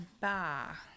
bar